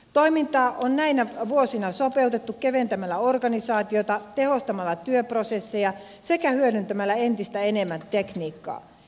toimintaa on näinä vuosina sopeutettu keventämällä organisaatiota tehostamalla työprosesseja sekä hyödyntämällä entistä enemmän tekniikkaa